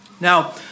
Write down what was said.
Now